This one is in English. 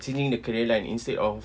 changing the career and instead of